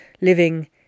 living